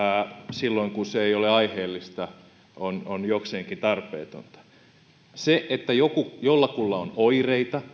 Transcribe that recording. silloin kun se ei ole aiheellista on on jokseenkin tarpeetonta se että jollakulla on oireita